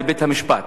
לבית-המשפט?